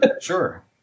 Sure